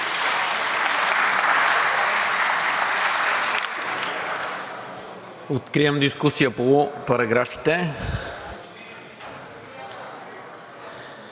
Откривам дискусията по параграфите.